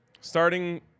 starting